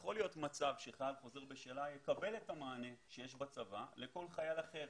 יכול להיות מצב שחייל חוזר בשאלה יקבל את המענה שיש בצבא לכל חייל אחר.